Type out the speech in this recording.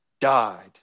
died